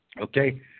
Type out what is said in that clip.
Okay